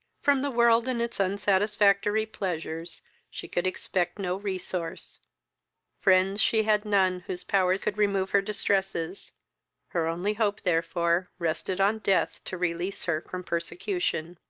from the world and its unsatisfactory pleasures she could expect no resource friends she had non whose power could remove her distresses her only hope therefore rested on death to release her from persecution,